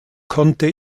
konnte